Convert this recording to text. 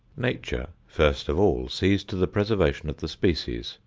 nature, first of all, sees to the preservation of the species,